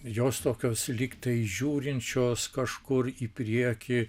jos tokios lyg tai žiūrinčios kažkur į priekį